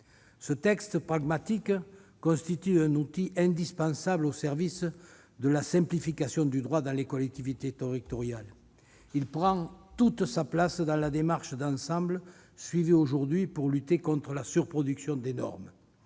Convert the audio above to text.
Ce texte pragmatique constitue un outil indispensable au service de la simplification du droit dans les collectivités territoriales. Il prend toute sa place dans la démarche d'ensemble suivie aujourd'hui pour lutter contre la surproduction des normes.